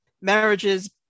marriages